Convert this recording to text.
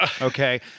Okay